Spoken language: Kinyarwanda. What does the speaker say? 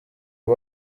abo